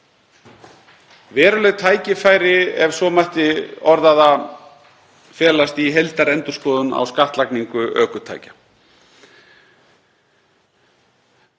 Veruleg tækifæri, ef svo mætti orða það, felast í heildarendurskoðun á skattlagningu ökutækja.